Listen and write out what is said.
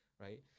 right